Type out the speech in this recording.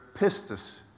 pistis